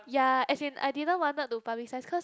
ya as in I didn't wanted to publicize because